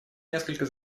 несколько